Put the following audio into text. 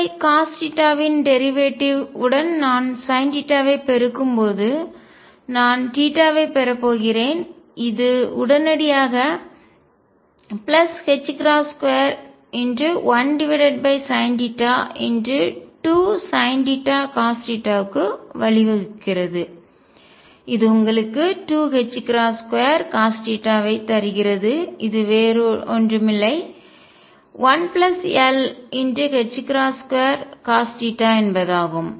உள்ளே காஸ் θ இன் டேரிவேட்டிவ் வழித்தோன்றல் உடன் நான் சைன் θ ஐ பெருக்கும்போது நான் θ ஐ பெறப் போகிறேன் இது உடனடியாக ℏ21sinθ2sinθcos θ க்கு வழிவகுக்கிறது இது உங்களுக்கு 2ℏ2cos θ தருகிறது இது வேறு ஒன்றுமில்லை 1l2cos θ என்பதாகும்